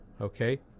Okay